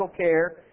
care